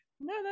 No